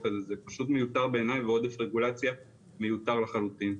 הזה וזה פשוט מיותר בעיני ועודף רגולציה מיותר לחלוטין.